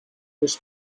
this